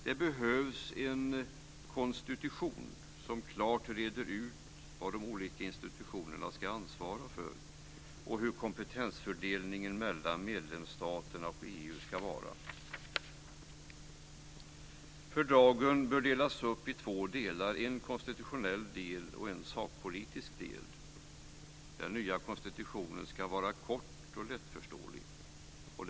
Det behövs en "konstitution" som klart reder ut vad de olika institutionerna ska ansvara för och hur kompetensfördelningen mellan medlemsstaterna och EU ska vara. Fördragen bör delas upp i två delar; en konstitutionell och en sakpolitisk del. Den nya "konstitutionen" ska vara kort och lättförståelig.